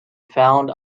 found